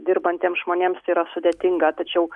dirbantiems žmonėms tai yra sudėtinga tačiau